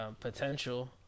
Potential